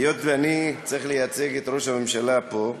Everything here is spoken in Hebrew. היות שאני צריך לייצג את ראש הממשלה פה,